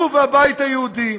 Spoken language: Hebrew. הוא והבית היהודי.